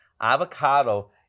avocado